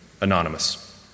Anonymous